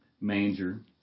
manger